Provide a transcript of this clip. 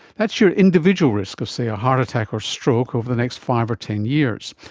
that's your individual risk of, say, a heart attack or stroke over the next five or ten years.